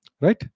right